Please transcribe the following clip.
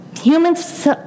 humans